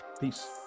Peace